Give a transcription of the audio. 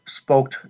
spoke